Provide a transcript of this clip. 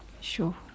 Sure